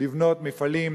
לבנות מפעלים,